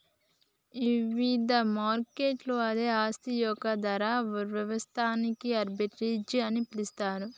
ఇవిధ మార్కెట్లలో అదే ఆస్తి యొక్క ధర వ్యత్యాసాన్ని ఆర్బిట్రేజ్ అని పిలుస్తరు